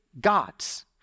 God's